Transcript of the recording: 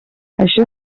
això